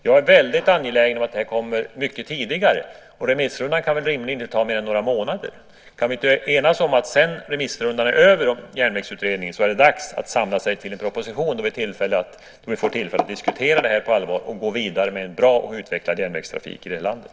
Jag är väldigt angelägen om att det här kommer mycket tidigare. Remissrundan kan rimligen inte ta mer än några månader. Kan vi inte enas om att efter det att remissrundan om järnvägsutredningen är över är det dags att samla sig till en proposition, då vi får tillfälle att diskutera det här på allvar och gå vidare med en bra och utvecklad järnvägstrafik i det här landet?